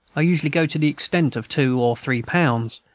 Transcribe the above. i usually go to the extent of two or three pounds.